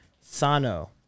Sano